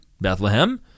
Bethlehem